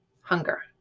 hunger